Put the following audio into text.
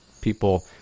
people